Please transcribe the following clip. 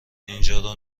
اینجا